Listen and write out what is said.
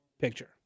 picture